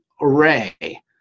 array